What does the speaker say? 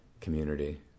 community